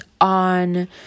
on